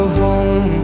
home